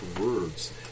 words